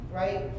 right